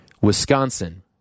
Wisconsin